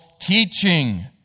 teaching